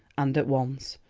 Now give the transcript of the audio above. and once,